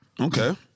Okay